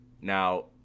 Now